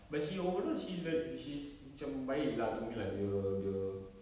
but she overall she very she's macam baik lah to me lah dia dia